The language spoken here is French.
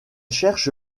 cherche